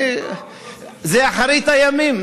זה אחרית הימים.